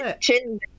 chin